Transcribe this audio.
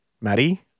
Maddie